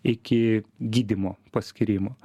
iki gydymo paskyrimo